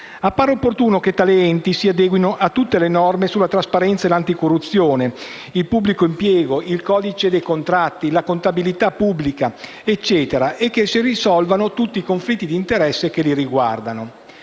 Appare opportuno che tali enti si adeguino a tutte le norme sulla trasparenza e l'anticorruzione, il pubblico impiego, il codice dei contratti, la contabilità pubblica e quant'altro, e che risolvano tutti i conflitti d'interesse che li riguardano.